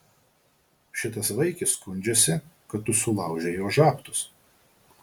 šitas vaikis skundžiasi kad tu sulaužei jo žabtus